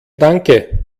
danke